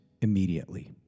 immediately